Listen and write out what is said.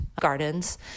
gardens